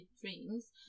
dreams